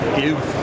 give